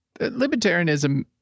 Libertarianism